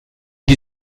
die